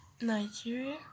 Nigeria